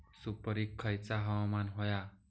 सुपरिक खयचा हवामान होया?